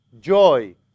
joy